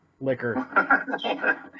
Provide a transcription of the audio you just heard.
liquor